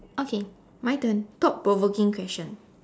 okay my turn thought provoking question